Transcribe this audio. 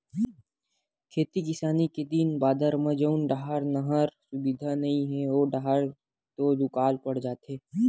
खेती किसानी के दिन बादर म जउन डाहर नहर सुबिधा नइ हे ओ डाहर तो दुकाल पड़ जाथे